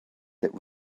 that